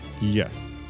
Yes